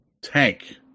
Tank